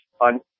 on